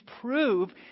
prove